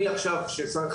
אם,